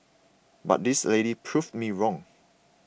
but this lady proved me wrong